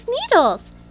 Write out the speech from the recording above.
needles